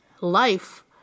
life